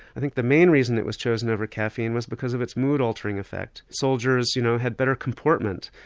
i think the main reason it was chosen over caffeine was because of its mood altering effect soldiers you know had better comportment,